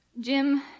Jim